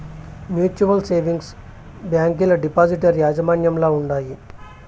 mutual savings బ్యాంకీలు depositor యాజమాన్యంల ఉండాయి